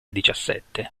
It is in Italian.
diciassette